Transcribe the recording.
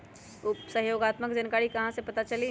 सहयोगात्मक जानकारी कहा से पता चली?